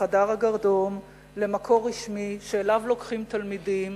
חדר הגרדום למקום רשמי שאליו לוקחים תלמידים